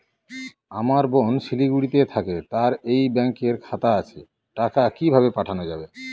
আমার বোন শিলিগুড়িতে থাকে তার এই ব্যঙকের খাতা আছে টাকা কি ভাবে পাঠানো যাবে?